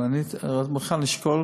אבל אני מוכן לשקול